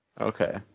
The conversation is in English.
Okay